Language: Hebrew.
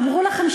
אמרו לכם,